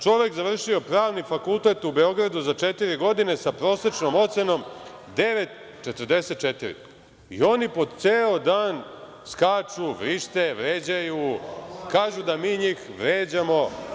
Čovek je završio Pravni fakultet u Beogradu za četiri godine sa prosečnom ocenom 9,44 i oni po ceo dan skaču, vrište, vređaju, kažu da mi njih vređamo.